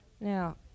Now